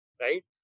right